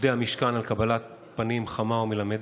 עובדי המשכן, על קבלת פנים חמה ומלמדת.